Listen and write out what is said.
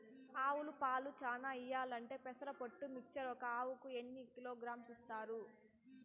ఆవులు పాలు చానా ఇయ్యాలంటే పెసర పొట్టు మిక్చర్ ఒక ఆవుకు ఎన్ని కిలోగ్రామ్స్ ఇస్తారు?